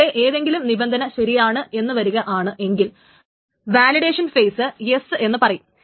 ഇതിലെ ഏതെങ്കിലും നിബന്ധന ശരിയാണ് എന്നു വരുകയാണ് എങ്കിൽ വാലിഡേഷൻ ഫെയിസ് എസ് എന്നു പറയും